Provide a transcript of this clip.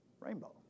rainbow